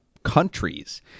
countries